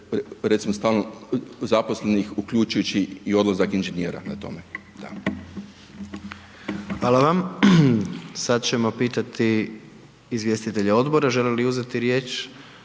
recimo stalno zaposlenih uključujući i odlazak inžinjera na tome, da. **Jandroković, Gordan (HDZ)** Hvala vam. Sad ćemo pitati izvjestitelja odbora želi li uzeti riječ?